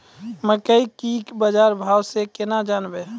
मकई के की बाजार भाव से केना जानवे?